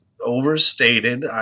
overstated